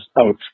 out